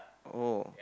oh